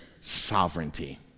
sovereignty